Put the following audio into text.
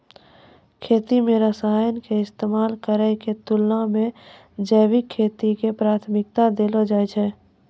खेती मे रसायन के इस्तेमाल करै के तुलना मे जैविक खेती के प्राथमिकता देलो जाय छै